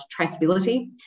traceability